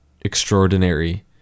extraordinary